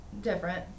different